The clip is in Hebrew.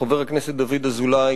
חבר הכנסת דוד אזולאי,